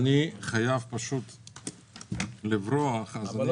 אני חייב לברוח, אז אני אנסה להתייחס.